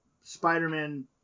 spider-man